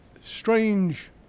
strange